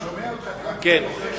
כן.